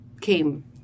came